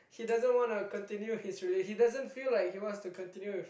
he doesn't want to continue his relationship he doesn't feel like he wants to continue with